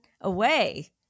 away